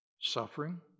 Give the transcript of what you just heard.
Suffering